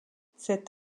cet